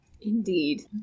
Indeed